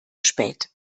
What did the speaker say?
spät